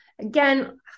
again